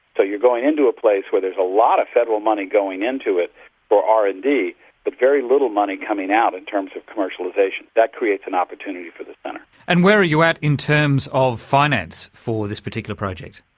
so you're going into a place where there's a lot of federal money going into it for r and d but very little money coming out in terms of commercialisation. that creates an opportunity for the centre. and where are you at in terms of finance for this particular project?